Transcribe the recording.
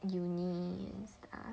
university and stuff